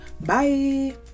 Bye